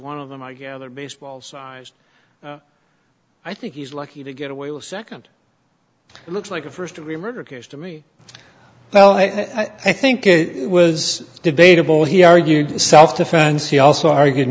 one of them i gather baseball sized i think he's lucky to get away with second looks like a first degree murder case to me well i think it was debatable he argued in self defense he also argued